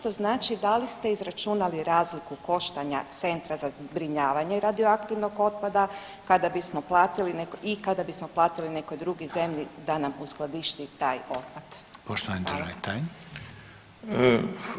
To znači da li ste izračunali razliku koštanja centra za zbrinjavanje radioaktivnog otpada kada bismo platili i kada bismo platili nekoj drugoj zemlji da nam uskladišti taj otpad.